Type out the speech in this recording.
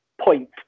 point